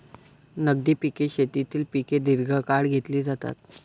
नगदी पिके शेतीतील पिके दीर्घकाळ घेतली जातात